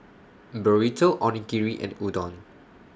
Burrito Onigiri and Udon